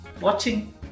watching